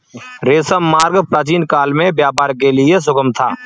रेशम मार्ग प्राचीनकाल में व्यापार के लिए सुगम था